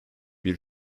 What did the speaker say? bir